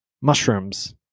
mushrooms